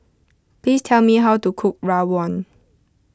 please tell me how to cook Rawon